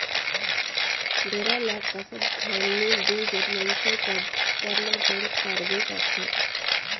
डोरा ल कसत घनी दूगोट मइनसे कर सरलग जरूरत परबे करथे